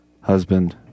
husband